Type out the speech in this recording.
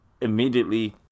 immediately